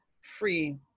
free